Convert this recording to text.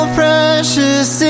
precious